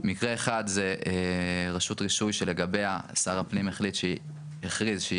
מקרה אחד זה רשות רישוי שלגביה שר הפנים הכריז שהיא